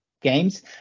games